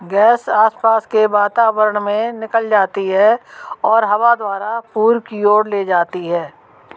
gas आसपास के वातावरण में निकल जाती है और हवा द्वारा पूर्व की ओर ले जाती है